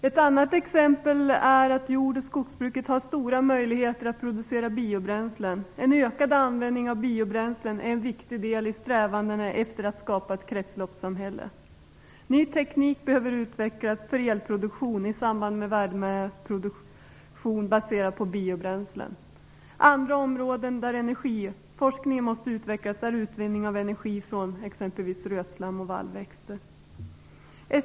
Ett annat exempel är att jord och skogsbruket har stora möjligheter att producera biobränslen. En ökad användning av biobränslen är en viktig del i strävandena att skapa ett kretsloppssamhälle. Ny teknik behöver utvecklas för elproduktion i samband med värmeproduktion baserad på biobränslen. Andra områden där energiforskningen måste utvecklas är utvinning av energi från exempelvis rötslam och vallväxter.